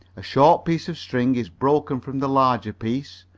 a short piece of string is broken from the larger piece,